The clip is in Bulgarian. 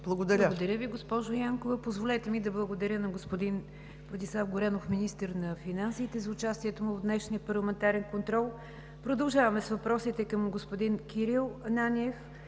Благодаря Ви, госпожо Янкова. Позволете ми да благодаря на господин Владислав Горанов – министър на финансите, за участието му в днешния парламентарен контрол. Продължаваме с въпросите към господин Кирил Ананиев